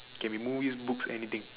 can be movies books anything